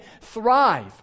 thrive